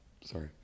Sorry